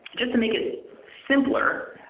just to make it simpler,